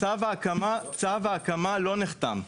צו ההקמה לא נחתם.